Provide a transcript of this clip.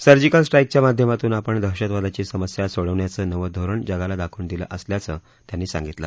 surgical स्ट्राईकच्या माध्यमातून आपण दहशतवादाची समस्या सोडवण्याचं नवं धोरण जगाला दाखवून दिलं असल्याचं त्यांनी सांगितलं